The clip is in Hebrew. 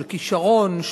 של כשרון,